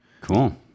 Cool